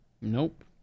Nope